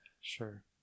Sure